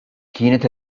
kienet